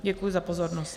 Děkuji za pozornost.